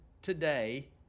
Today